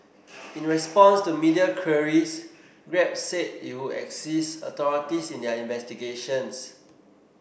in response to media queries Grab said it would assist authorities in their investigations